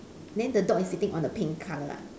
then the dog is sitting on the pink colour ah